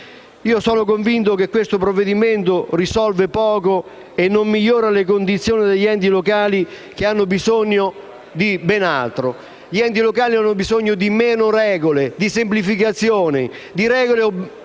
Sono convinto che questo provvedimento risolva poco e non migliori le condizioni degli enti locali, che hanno bisogno di ben altro. Gli enti locali hanno bisogno di meno regole, di semplificazioni. Di regole oramai